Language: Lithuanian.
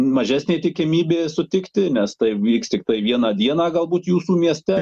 mažesnė tikimybė sutikti nes tai vyks tiktai vieną dieną galbūt jūsų mieste